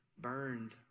Burned